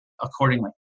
accordingly